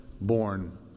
born